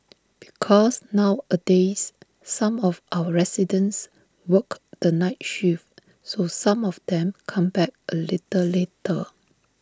because nowadays some of our residents work the night shift so some of them come back A little later